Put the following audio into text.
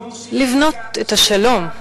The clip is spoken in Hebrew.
לבנות את השלום,